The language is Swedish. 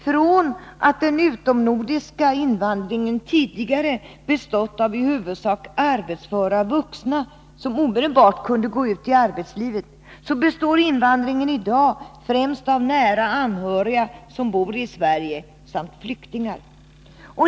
Från att den utomnordiska invandringen tidigare bestått av i huvudsak arbetsföra vuxna som omedelbart kunde gå ut i näringslivet, består invandringen i dag främst av nära anhöriga till dem som bor i Sverige samt flyktingar.